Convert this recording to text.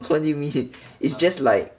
what do you mean it it's just like